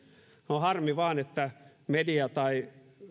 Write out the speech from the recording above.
no harmi vain että media tai